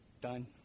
done